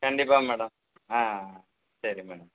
கண்டிப்பாக மேடம் ஆ சரி மேடம்